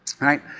right